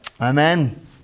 Amen